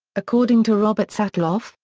according to robert satloff,